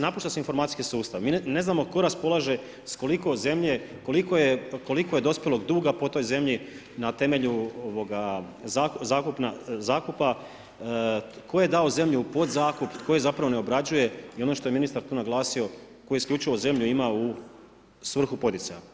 Napušta se informacijski sustav, mi ne znamo tko raspolaže s koliko zemlje, koliko je dospjelog duga po toj zemlji na temelju zakupa, tko je dao zemlju u podzakup, tko je zapravo ne obrađuje i ono što je ministar tu naglasio, tko isključivo zemlju ima u svrhu poticaja.